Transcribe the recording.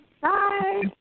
Bye